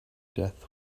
death